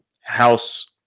house